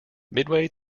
midway